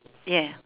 yes